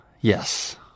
Yes